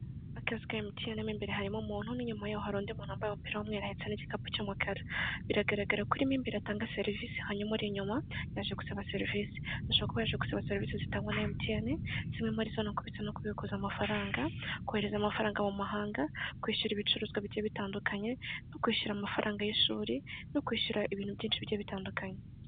Akazu ka Emutiyene mo imbere harimo umuntu n'inyuma yaho hari undi muntu wambaye umupira w'umweru ahetse n'igikapu cy'umukara, biragaragara ko urimo imbere atanga serivisi hanyuma uri inyuma yaje gusaba serivisi, ashobora kuba yaje gusaba serivisi zitangwa na Emutiyene zimwe murizo ni ukubitsa no kubikuza amafaranga, kohereza amafaranga mu mahanga, kwishyura ibicuruzwa bigiye bitandukanye no kwishyura amafaranga y'ishuri, no kwishyura ibintu byinshi bigiye bitandukanye.